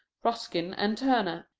ruskin, and turner,